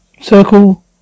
Circle